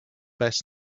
best